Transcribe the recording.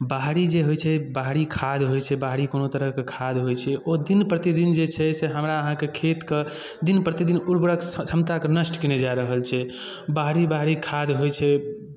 बाहरी जे होइ छै बाहरी खाद होइ छै बाहरी कोनो तरहके खाद होइ छै ओ दिन प्रतिदिन जे छै से हमरा अहाँके खेतके दिन प्रतिदिन उर्वरक क्षमताकेँ नष्ट केने जा रहल छै बाहरी बाहरी खाद होइ छै